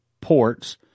ports